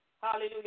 hallelujah